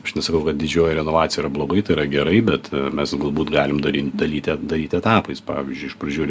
aš nesakau kad didžioji renovacija yra blogai tai yra gerai bet mes galbūt galim darin dalyti daryti etapais pavyzdžiui iš pradžių